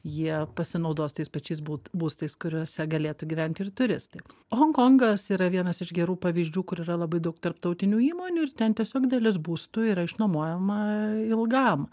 jie pasinaudos tais pačiais būt būstais kuriuose galėtų gyvent ir turistai honkongas yra vienas iš gerų pavyzdžių kur yra labai daug tarptautinių įmonių ir ten tiesiog dalis būstų yra išnuomojama ilgam